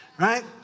right